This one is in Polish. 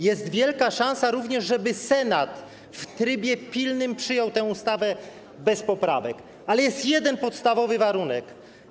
Jest również wielka szansa, żeby Senat w trybie pilnym przyjął tę ustawę bez poprawek, ale jest jeden podstawowy warunek.